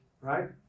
right